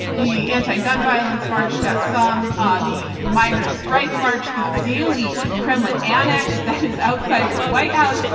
the anti-gun violence march, got some, ah the migrants rights march, the daily kremlin annex that is outside the white house,